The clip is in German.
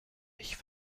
ich